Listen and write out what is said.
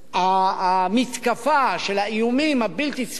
המתקפה של האיומים הבלתי-צפויים.